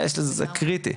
זה קריטי,